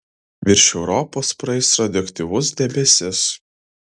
virš europos praeis radioaktyvus debesis